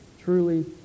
truly